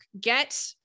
Get